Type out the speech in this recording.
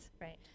right